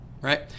right